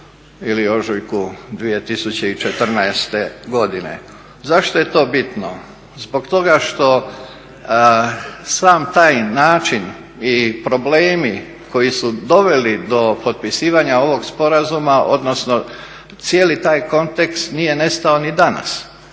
ili ožujku 2014. godine. Zašto je to bitno? Zbog toga što sam taj način i problemi koji su doveli do potpisivanja ovog sporazuma, odnosno cijeli taj kontekst nije nestao ni danas.